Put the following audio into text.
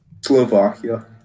Slovakia